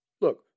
Look